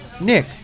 Nick